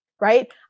Right